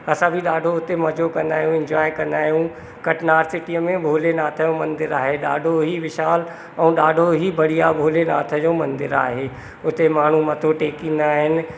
असां बि ॾाढो उते मजो कंदा आहियूं इंजॉय कंदा आहियूं कटना सिटीअ में भोलेनाथ जो मंदिर आहे ॾाढो ई विशाल ऐं ॾाढो ई बढ़िया भोलेनाथ जो मंदिरे आहे उते माण्हू मथो टेकींदा आहिनि